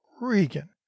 regan